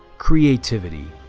creativity,